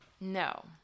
No